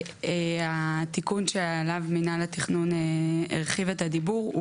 התיקון שעליו מינהל התכנון הרחיב את הדיבור,